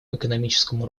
экономическому